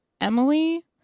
emily